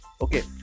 okay